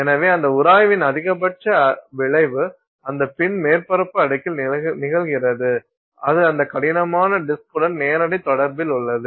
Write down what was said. எனவே அந்த உராய்வின் அதிகபட்ச விளைவு அந்த பின் மேற்பரப்பு அடுக்கில் நிகழ்கிறது அது அந்த கடினமான டிஸ்க் உடன் நேரடி தொடர்பில் உள்ளது